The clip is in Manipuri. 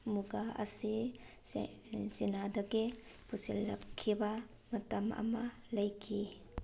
ꯃꯨꯒꯥ ꯑꯁꯤ ꯆꯤꯅꯥꯗꯒꯤ ꯄꯨꯁꯤꯜꯂꯛꯈꯤꯕ ꯃꯇꯝ ꯑꯃ ꯂꯩꯈꯤ